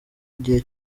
igihe